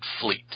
fleet